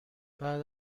بعد